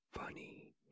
funny